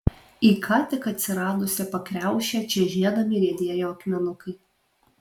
į ką tik atsiradusią pakriaušę čežėdami riedėjo akmenukai